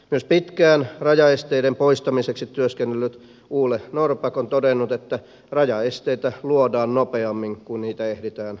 myös pitkään rajaesteiden poistamiseksi työskennellyt ole norrback on todennut että rajaesteitä luodaan nopeammin kuin niitä ehditään poistaa